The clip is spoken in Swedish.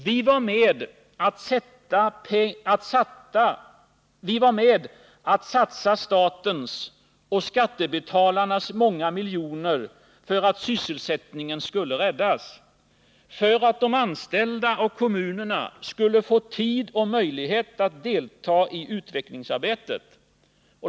Vi var med om att satsa statens och skattebetalarnas många miljoner för att sysselsättningen skulle räddas, för att de anställda och kommunerna skulle få tid och möjlighet att delta i utvecklingsarbetet.